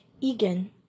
Egan